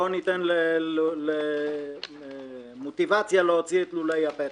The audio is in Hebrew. בוא ניתן מוטיבציה להוציא את לולי הפטם.